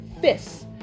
fists